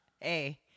Hey